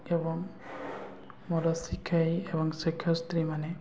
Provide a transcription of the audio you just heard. ଏବଂ ମୋର ଶିକ୍ଷାୟୀ ଏବଂ ଶିକ୍ଷସ୍ତ୍ରୀମାନେ